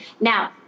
Now